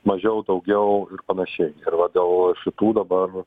mažiau daugiau ir panašiai ir va dėl šitų dabar